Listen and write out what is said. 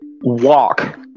Walk